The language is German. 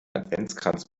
adventskranz